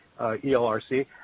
ELRC